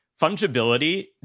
Fungibility